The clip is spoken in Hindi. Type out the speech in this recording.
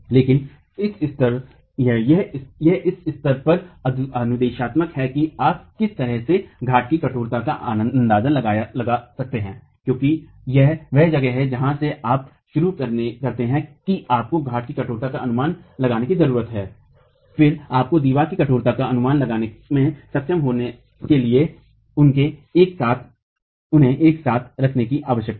लेकिन यह इस स्तर पर अनुदेशात्मक है कि आप किस तरह से घाट की कठोरता का अंदाजा लगा सकते हैं क्योंकि यह वह जगह है जहां से आप शुरू करते हैं की आपको घाट की कठोरता का अनुमान लगाने की जरूरत है और फिर आपको दीवार की कठोरता का अनुमान लगाने में सक्षम होने के लिए उन्हें एक साथ रखने की आवश्यकता है